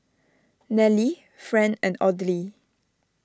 Nallely Fran and Audley